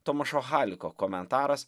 tomašo haliko komentaras